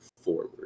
forward